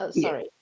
Sorry